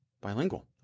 bilingual